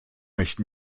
euch